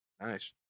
Nice